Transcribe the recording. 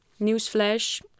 newsflash